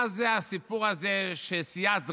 מה זה הסיפור הזה שסיעת רע"מ,